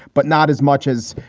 but not as much as,